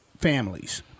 families